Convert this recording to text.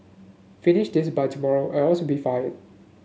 finish this by tomorrow else you'll be fired